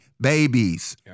babies